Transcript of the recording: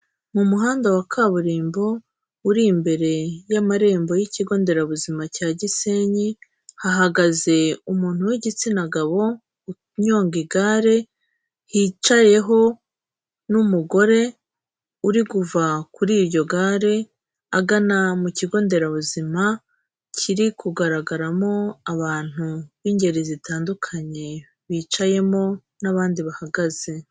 Mu muhanda wa kaburimbo uri imbere y'amarembo y'ikigo nderabuzima cya Gisenyi, hahagaze umuntu w'igitsina gabo unyonga igare, hicayeho n'umugore uri kuva kuri iryo gare agana mu kigo nderabuzima kiri kugaragaramo abantu b'ingeri zitandukanye bicayemo n'abandi bahagaze.